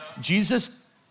Jesus